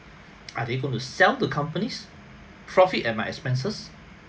are they going to sell to companies profit at my expenses